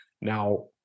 Now